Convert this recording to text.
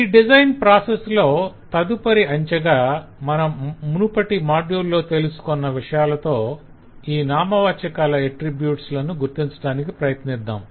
ఈ design process లో తదుపరి అంచెగా మనం మునుపటి మాడ్యుల్ లో తెలుసుకున్న విషయాలతో ఈ నామవాచకాల ఎట్త్రిబ్యూట్ లను గుర్తించటానికి ప్రయత్నిద్దాం